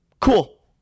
cool